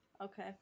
Okay